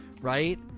right